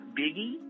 Biggie